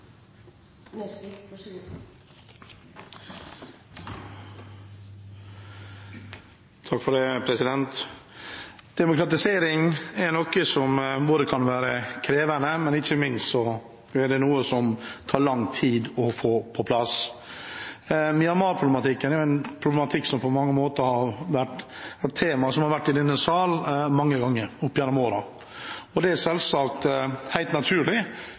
rundt Rakhine-staten, så hun har vel mindre anledning til og mindre prioritert å utdele karakterer til Norge. Demokratisering er noe som kan være krevende, ikke minst er det noe som tar lang tid å få på plass. Myanmar-problematikken er en problematikk som har vært tema i denne sal mange ganger opp gjennom årene. Det er selvsagt helt naturlig,